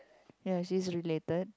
ya she's related